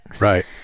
Right